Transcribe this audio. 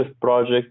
project